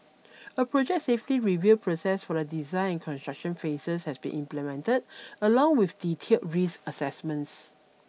a project safety review process for the design construction phases has been implemented along with detailed risk assessments